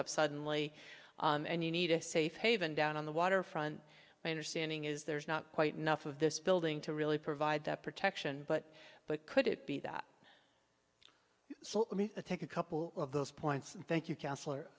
up suddenly and you need a safe haven down on the waterfront my understanding is there's not quite enough of this building to really provide that protection but but could it be that so let me take a couple of those points and thank you counselor